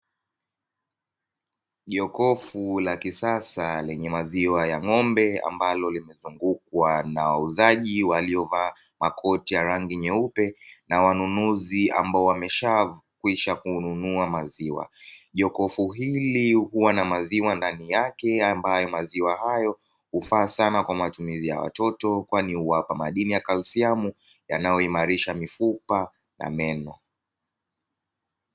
Jokofu la kisasa lenye maziwa ya ng'ombe, ambalo limezungukwa na wauzaji waliovaa makoti ya rangi nyeupe, na wanunuzi ambao wameshakwisha kununua maziwa. jokofu hili huwa na maziwa ndani yake, ambayo maziwa hayo hufaa sana kwa matumizi ya watoto, kwani huwapa madini ya kalishiamu yanayoimarisha mifupa na meno.